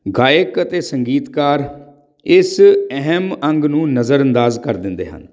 ਗਾਇਕ ਅਤੇ ਸੰਗੀਤਕਾਰ ਇਸ ਅਹਿਮ ਅੰਗ ਨੂੰ ਨਜ਼ਰ ਅੰਦਾਜ਼ ਕਰ ਦਿੰਦੇ ਹਨ